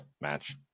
match